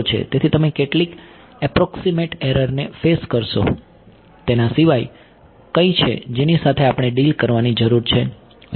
તેથી તમે કેટલીક એપ્રોક્સીમેટ એરર ને ફેસ કરશો તેના સિવાય કઈ છે જેની સાથે આપણે ડીલ કરવાની જરૂર છે